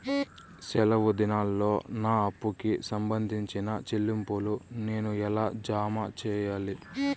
సెలవు దినాల్లో నా అప్పుకి సంబంధించిన చెల్లింపులు నేను ఎలా జామ సెయ్యాలి?